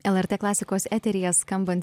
lrt klasikos eteryje skambant